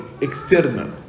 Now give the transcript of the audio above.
external